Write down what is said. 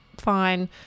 fine